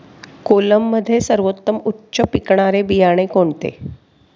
कोलममध्ये सर्वोत्तम उच्च पिकणारे बियाणे कोणते?